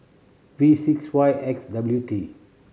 V six Y X W T